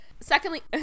secondly